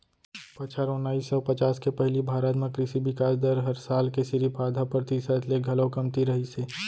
बछर ओनाइस सौ पचास के पहिली भारत म कृसि बिकास दर हर साल के सिरिफ आधा परतिसत ले घलौ कमती रहिस हे